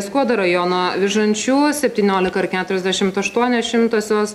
skuodo rajono vižančių septyniolika ir keturiasdešimt aštuonios šimtosios